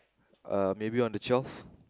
uh maybe on the twelve